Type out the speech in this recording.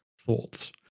Thoughts